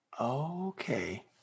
Okay